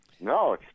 No